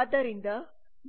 ಆದ್ದರಿಂದ